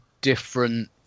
different